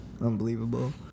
Unbelievable